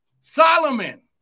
Solomon